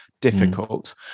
difficult